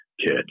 kid